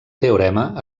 teorema